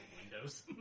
Windows